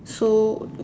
so